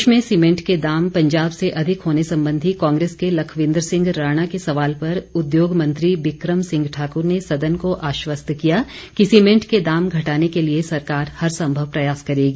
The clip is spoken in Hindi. प्रदेश में सीमेंट के दाम पंजाब से अधिक होने संबंधी कांग्रेस के लखविंद्र सिंह राणा के सवाल पर उद्योग मंत्री बिक्रम सिंह ठाक्र ने सदन को आश्वस्त किया कि सीमेंट के दाम घटाने के लिए सरकार हर संभव प्रयास करेगी